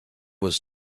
was